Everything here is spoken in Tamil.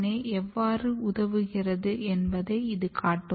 ஏ எவ்வாறு உதவுகிறது என்பதை இது காட்டும்